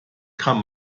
kann